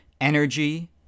energy